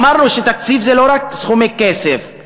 אמרנו שתקציב זה לא רק סכומי כסף,